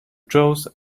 chose